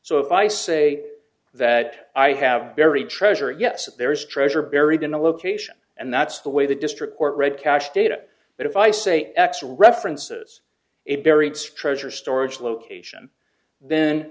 so if i say that i have very treasure yes there is treasure buried in a location and that's the way the district court read cache data but if i say x references a buried structure storage location then